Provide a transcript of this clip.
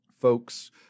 folks